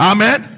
Amen